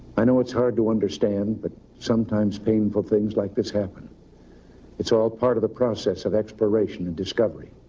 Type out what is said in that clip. i know it's hard to understand, but sometimes painful things like this happen it's all part of the process of exploration and discovery.